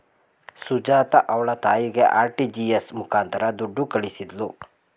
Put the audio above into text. ಸುಜಾತ ಅವ್ಳ ತಾಯಿಗೆ ಆರ್.ಟಿ.ಜಿ.ಎಸ್ ಮುಖಾಂತರ ದುಡ್ಡು ಕಳಿಸಿದ್ಲು